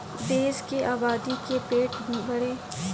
देश के आबादी क पेट भरे खातिर निर्वाह खेती से काम ना चल पाई